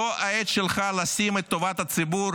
זו העת לשים את טובת הציבור